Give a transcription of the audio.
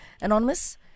Anonymous